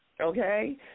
okay